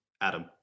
Adam